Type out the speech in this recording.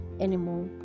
anymore